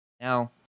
Now